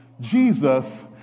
Jesus